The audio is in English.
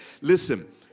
Listen